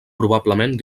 probablement